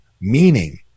meaning